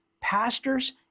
pastors